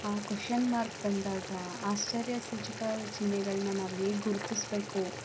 question mark ಬಂದಾಗ ಆಶ್ಚರ್ಯ ಸೂಚಕ ಚಿನ್ಹೆಗಳನ್ನ ನಾವು ಹೇಗೆ ಗುರುತಿಸಬೇಕು